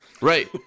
Right